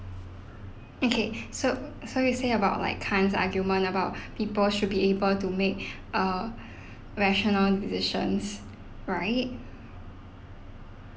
okay so so you say about like khant's argument about people should be able to make err rational decisions right